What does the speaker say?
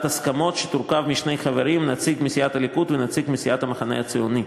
הסכמות שתורכב משני חברים: נציג מסיעת הליכוד ונציג מסיעת המחנה הציוני.